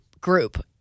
Group